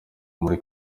muri